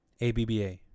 ABBA